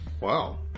Wow